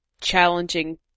challenging